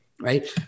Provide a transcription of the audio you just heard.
Right